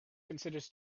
considers